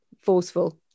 forceful